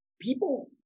People